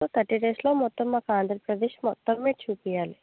so thirty డేస్లో మొత్తం మాకు ఆంధ్రప్రదేశ్ మొత్తం మీరు చూపించాలి